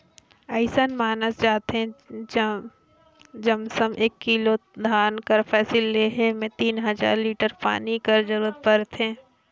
अइसन मानल जाथे लमसम एक किलो धान कर फसिल लेहे में तीन हजार लीटर पानी कर जरूरत परथे